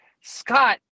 Scott